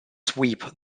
sweep